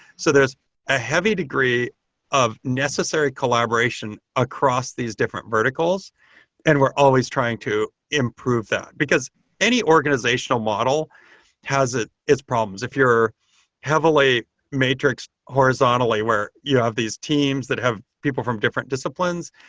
so there's a heavy degree of necessary collaboration across these different verticals and we're always trying to improve that, because any organizational model has ah its problems. if you're heavily matrixed horizontally where you have these teams that have people from different disciplines,